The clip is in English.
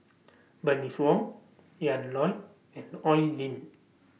Bernice Wong Ian Loy and Oi Lin